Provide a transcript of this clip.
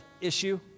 issue